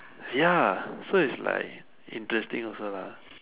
ya so is like interesting also lah